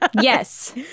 yes